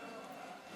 לא,